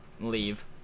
leave